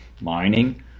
mining